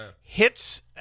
hits